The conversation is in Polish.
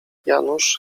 janusz